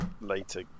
later